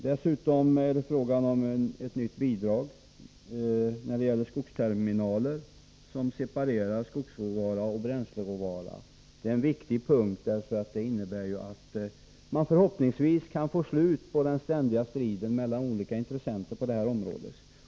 Dessutom är det fråga om ett nytt bidrag när det gäller skogsterminaler, som separerar skogsråvara och bränsleråvara. Det är en viktig punkt. Det bidraget innebär att man förhoppningsvis kan få slut på den ständiga striden mellan olika intressenter på det här området.